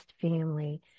family